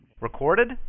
Recorded